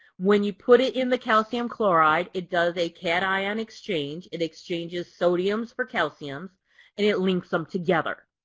when you put it in the calcium chloride, it does a cationic exchange, it exchanges sodiums for calciums and it links them together.